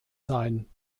sein